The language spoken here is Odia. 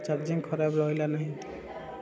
ଚାର୍ଜିଂ ଖରାପ ରହିଲା ନାହିଁ